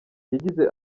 yagize